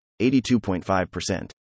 82.5%